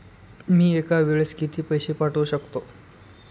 मी एका वेळेस किती पैसे पाठवू शकतो?